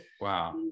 Wow